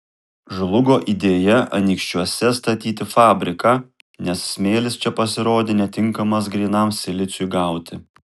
žlugo idėja anykščiuose statyti fabriką nes smėlis čia pasirodė netinkamas grynam siliciui gauti